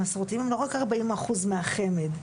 המסורתיים הם לא רק ארבעים אחוז מהחמ"ד,